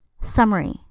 Summary